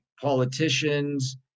politicians